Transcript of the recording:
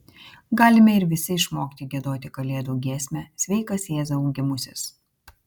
galime ir visi išmokti giedoti kalėdų giesmę sveikas jėzau gimusis